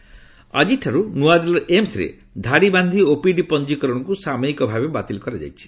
AIIMS OPD ଆକିଠାରୁ ନୂଆଦିଲ୍ଲୀର ଏମ୍ସରେ ଧାଡ଼ିବାନ୍ଧି ଓପିଡି ପଞ୍ଜିକରଣକୁ ସାମୟିକ ଭାବେ ବାତିଲ କରାଯାଇଛି